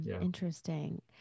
Interesting